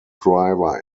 driver